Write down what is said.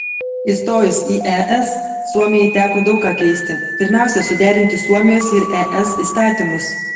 įstojus į es suomijai teko daug ką keisti pirmiausia suderinti suomijos ir es įstatymus